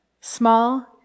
small